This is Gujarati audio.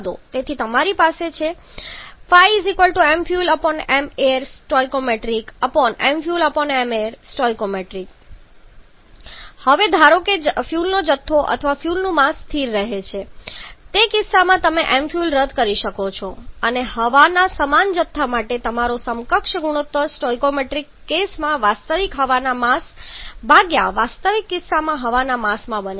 તેથી તમારી પાસે છે mfuelmair stoimfuelmair actual હવે ધારો કે ફ્યુઅલનો જથ્થો અથવા ફ્યુઅલનું માસ સ્થિર રહે છે તે કિસ્સામાં તમે mfuel રદ કરી શકો છો અને હવાના સમાન જથ્થા માટે તમારો સમકક્ષ ગુણોત્તર સ્ટોઇકિયોમેટ્રિક કેસમાં વાસ્તવિક હવાના માસ ભાગ્યા વાસ્તવિક કિસ્સામાં હવાના માસમાં બને છે